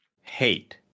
hate